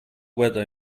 weather